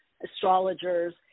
astrologers